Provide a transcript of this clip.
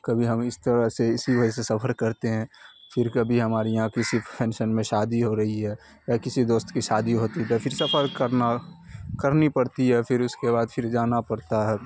کبھی ہم اس طرح سے اسی وجہ سے سفر کرتے ہیں پھر کبھی ہمارے یہاں کسی فنکشن میں شادی ہو رہی ہے یا کسی دوست کی شادی ہوتی ہے تو پھر سفر کرنا کرنی پڑتی ہے پھر اس کے بعد پھر جانا پڑتا ہے